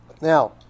Now